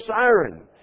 siren